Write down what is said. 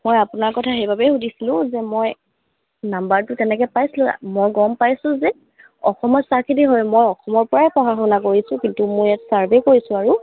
মই আপোনাৰ কথা সেইবাবে সুধিছোঁ যে মই নাম্বাৰটো কেনেকে পাইছিলোঁ মই গম পাইছোঁ যে অসমত চাহ খেতি হয় মই অসমৰ পৰাই পঢ়া শুনা কৰিছোঁ কিন্তু মোৰ ইয়াত চাৰ্ভে কৰিছোঁ আৰু